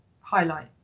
highlight